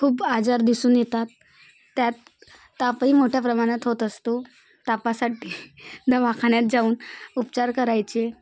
खूप आजार दिसून येतात त्यात तापही मोठ्या प्रमाणत होत असतो तापासाठी दवाखान्यात जाऊन उपचार करायचे